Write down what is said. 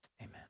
Amen